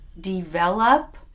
develop